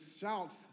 shouts